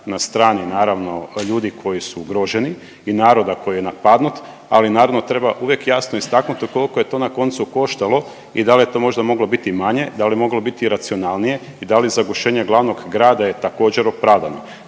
na strani naravno ljudi koji su ugroženi i naroda koji je napadnut, ali naravno treba uvijek jasno istaknuti koliko je to na koncu koštalo i da li je to možda moglo biti manje, da li je moglo biti racionalnije i da li je zagušenje glavnog grada je također opravdano.